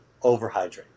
overhydrate